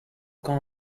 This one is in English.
gone